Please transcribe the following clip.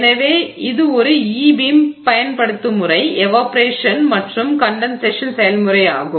எனவே இது ஒரு e beam ஈ பீம் பயன்படுத்துகின்ற எவாப்பொரேஷன் மற்றும் கண்டென்சேஷன் செயல்முறை ஆகும்